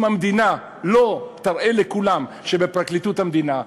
אם המדינה לא תראה לכולם שבפרקליטות המדינה,